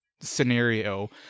scenario